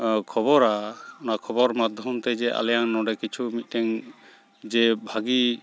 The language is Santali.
ᱠᱷᱚᱵᱚᱨᱟ ᱚᱱᱟ ᱠᱷᱚᱵᱚᱨ ᱢᱟᱫᱽᱫᱷᱚᱢᱛᱮ ᱡᱮ ᱟᱞᱮᱭᱟᱝ ᱱᱚᱸᱰᱮ ᱠᱤᱪᱷᱩ ᱢᱤᱫᱴᱟᱝ ᱡᱮ ᱵᱷᱟᱜᱮ